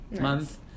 month